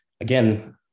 again